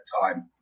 time